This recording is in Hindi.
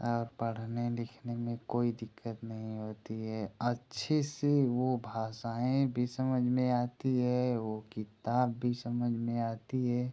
और पढ़ने लिखने में कोई दिक्कत नहीं होती है अच्छे से वो भाषाएँ भी समझ में आती है वो किताब भी समझ में आती है